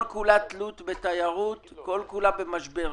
כל כולה תלות בתיירות וכל כולה במשבר.